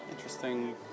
Interesting